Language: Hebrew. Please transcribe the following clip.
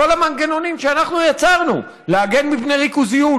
את כל המנגנונים שאנחנו יצרנו להגן מפני ריכוזיות,